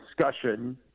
discussion –